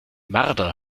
marder